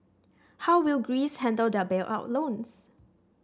how will Greece handle their bailout loans